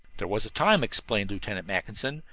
there was a time, explained lieutenant mackinson,